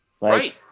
Right